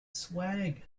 swag